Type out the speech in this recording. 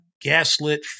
gaslit